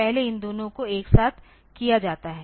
पहले इन दोनों को एक साथ किया जाता है